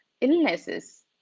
illnesses